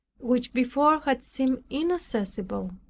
which before had seemed inaccessible.